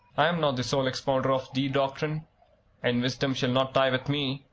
i'm not the sole expounder of the doctrine, and wisdom shall not die with me,